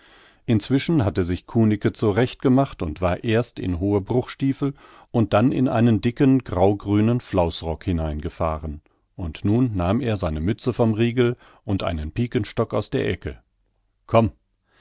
inzwischen hatte sich kunicke zurecht gemacht und war erst in hohe bruchstiefel und dann in einen dicken graugrünen flausrock hineingefahren und nun nahm er seine mütze vom riegel und einen pikenstock aus der ecke komm